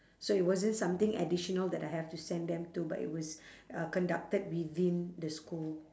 so it wasn't something additional that I have to send them to but it was uh conducted within the school